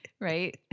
right